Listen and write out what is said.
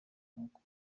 nk’uko